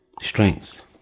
Strength